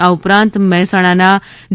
આ ઉપરાંત મહેસાણાના ડી